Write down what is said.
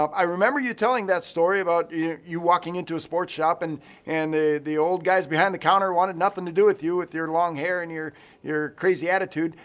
um i remember you telling that story about you you walking into a sports shop and and the the old guys behind the counter wanted nothing to do with you with your long hair and your your crazy attitude.